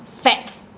fats